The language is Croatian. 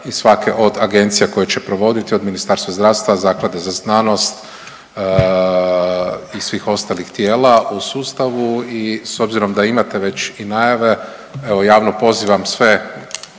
i svake od agencija koje će provoditi od Ministarstva zdravstva, Zaklade za znanost i svih ostalih tijela u sustavu i s obzirom da imate već i najave evo javno pozivam sve